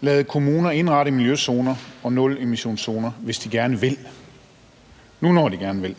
lade kommuner indrette miljøzoner og nulemissionszoner, hvis de gerne vil – nu, når de gerne vil?